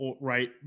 right